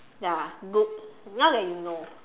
ya good now that you know